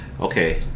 Okay